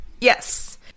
Yes